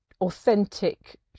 authentic